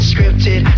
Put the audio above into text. Scripted